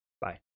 Bye